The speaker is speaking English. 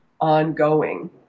ongoing